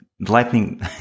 lightning